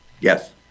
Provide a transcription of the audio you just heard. yes